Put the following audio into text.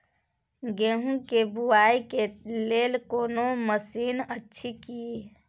गेहूँ के बुआई के लेल कोनो मसीन अछि की?